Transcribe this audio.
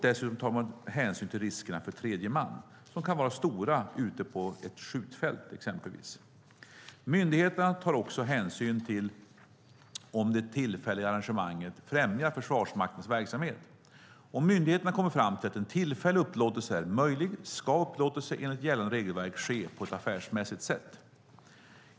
Dessutom tar man hänsyn till riskerna för tredje man, som kan vara stora ute på ett skjutfält exempelvis. Myndigheterna tar också hänsyn till om det tillfälliga arrangemanget främjar Försvarsmaktens verksamhet. Om myndigheterna kommer fram till att en tillfällig upplåtelse är möjlig ska upplåtelsen enlig gällande regelverk ske på ett affärsmässigt sätt.